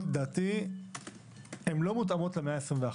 לדעתי ההכשרות המקצועיות לא מותאמות למאה ה-21,